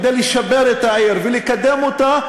כדי לשפר את העיר ולקדם אותה,